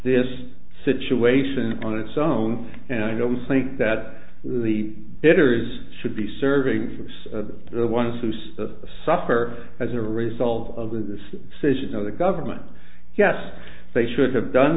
this situation on its own and i don't think that the bitters should be serving from the ones who suffer suffer as a result of this says you know the government yes they should have done